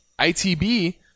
ITB